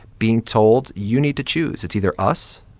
being told, you need to choose it's either us,